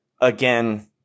again